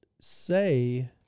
say